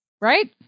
right